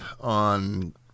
on